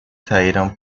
saíram